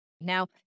Now